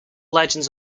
legends